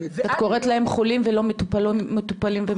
את קוראת להם חולים ולא מטופלים ומטופלות.